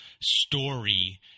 story –